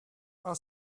are